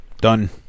Done